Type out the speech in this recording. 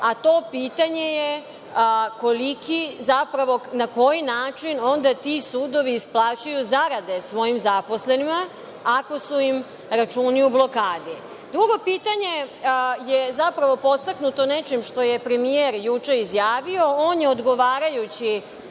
a to pitanje je – na koji način onda ti sudovi isplaćuju zarade svojim zaposlenima, ako su im računi u blokadi? Drugo pitanje je zapravo podstaknuto nečim što je premijer juče izjavio. On je odgovarajući